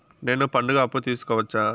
నేను పండుగ అప్పు తీసుకోవచ్చా?